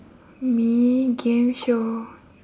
me game show